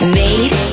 made